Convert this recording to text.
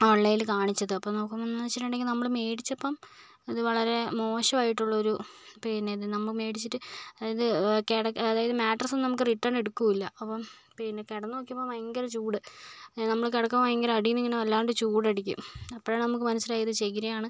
ഓൺലൈനിൽ കാണിച്ചത് അപ്പോൾ നോക്കുമ്പോഴെന്ന് വെച്ചിട്ടുണ്ടെങ്കിൽ നമ്മൾ മേടിച്ചപ്പം ഇത് വളരെ മോശമായിട്ടുള്ള ഒരു പിന്നെ നമ്മൾ മേടിച്ചിട്ട് അതായത് കെ അതായത് മാട്രസ്സ് നമുക്ക് റിട്ടേൺ എടുക്കില്ല അപ്പം പിന്നെ കിടന്ന് നോക്കിയപ്പോൾ ഭയങ്കര ചൂട് നമ്മൾ കിടക്കുമ്പോൾ ഭയങ്കര അടിയിൽ നിന്ന് ഇങ്ങനെ വല്ലാണ്ട് ചൂട് അടിക്കും അപ്പോഴാണ് നമുക്ക് മനസ്സിലായത് ചകിരിയാണ്